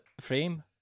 frame